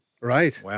Right